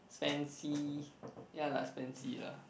spancy yeah lah spancy lah